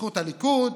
בזכות הליכוד,